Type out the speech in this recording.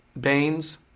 Baines